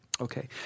okay